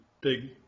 big